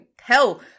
hell